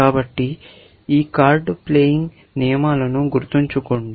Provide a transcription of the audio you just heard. కాబట్టి ఈ card playing నియమాలను గుర్తుంచుకోండి